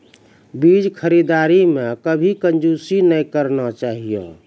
बीज खरीददारी मॅ कभी कंजूसी नाय करना चाहियो